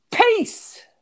Peace